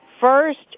First